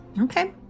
Okay